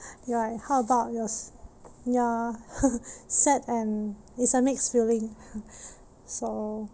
ya right how about yours ya sad and it's a mixed feeling so